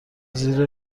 زیر